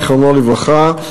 זיכרונו לברכה,